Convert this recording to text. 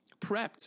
prepped